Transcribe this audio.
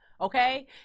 okay